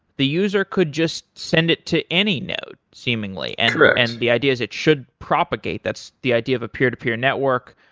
the user could just send it to any node seemingly, and and the idea is it should propagate. that's the idea of a peer-to-peer network,